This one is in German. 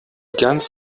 ganz